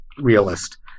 realist